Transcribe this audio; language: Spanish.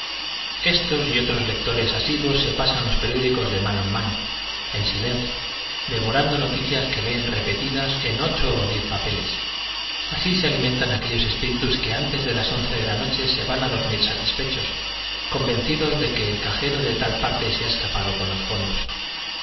estos y otros lectores asiduos se pasan los periódicos de mano en mano en silencio devorando noticias que leen repetidas en ocho o diez papeles así se alimentan aquellos espíritus que antes de las once de la noche se van a dormir satisfechos convencidos de que el cajero de tal parte se ha escapado con los fondos